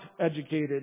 educated